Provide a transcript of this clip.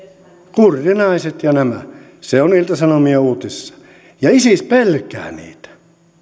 kurdinaiset ja nämä se on ilta sanomien uutisissa ja isis pelkää niitä